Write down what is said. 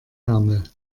ärmel